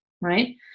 right